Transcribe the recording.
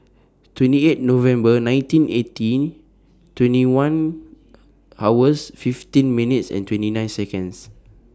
twenty eight November nineteen eighty twenty one hours fifteen minutes twenty nine Seconds